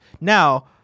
Now